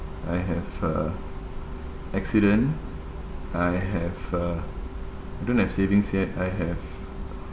I have uh accident I have uh I don't have savings yet I have